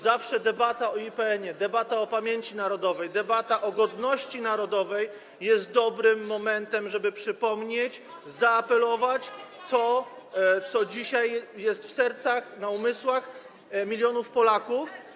Zawsze debata o IPN-ie, debata o pamięci narodowej, debata o godności narodowej jest dobrym momentem, żeby zaapelować, przypomnieć to, co dzisiaj jest w sercach, w umysłach milionów Polaków.